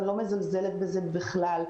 ואני לא מזלזלת בזה בכלל,